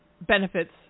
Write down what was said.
benefits